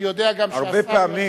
אני יודע גם שהשר משיב,